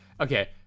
okay